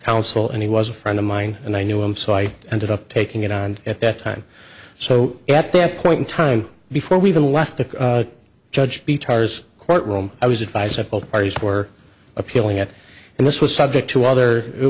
counsel and he was a friend of mine and i knew him so i ended up taking it on at that time so at that point in time before we even left the judge be tars courtroom i was advised that both parties were appealing it and this was subject to other it